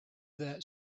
that